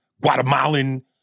Guatemalan